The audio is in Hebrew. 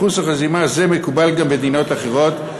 אחוז חסימה זה מקובל גם במדינות אחרות,